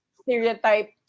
stereotype